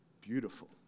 beautiful